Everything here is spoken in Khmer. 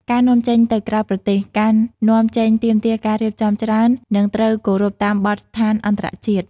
ការនាំចេញទៅក្រៅប្រទេស ការនាំចេញទាមទារការរៀបចំច្រើន និងត្រូវគោរពតាមបទដ្ឋានអន្តរជាតិ។